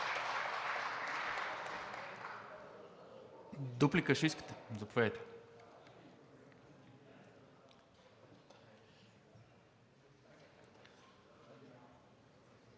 Дуплика ще искате